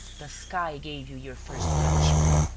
the sky gave you your first punishment,